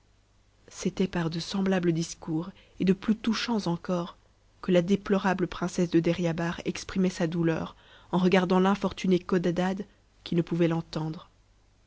c'était par de semblables discours et de plus touchants encore que ta déplorable princesse de deryabar exprimait sa douleur en regardant l'int n fortuné codadad qui ne pouvait l'entendre